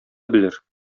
белер